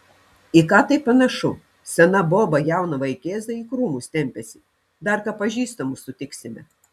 į ką tai panašu sena boba jauną vaikėzą į krūmus tempiasi dar ką pažįstamų sutiksime